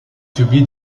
publie